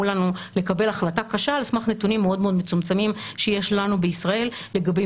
לנו לקבל החלטה קשה על סמך נתונים מאוד מצומצמים שיש לנו בישראל לגבי